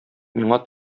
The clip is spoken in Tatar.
миңа